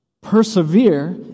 Persevere